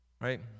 Right